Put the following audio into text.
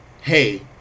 Hey